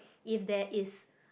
if there is